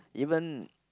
even